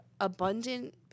abundant